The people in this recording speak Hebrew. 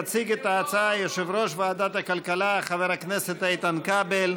יציג את ההצעה יושב-ראש ועדת הכלכלה חבר הכנסת איתן כבל.